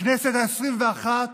הכנסת העשרים-ואחת